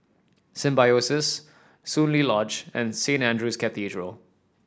Symbiosis Soon Lee Lodge and Saint Andrew's Cathedral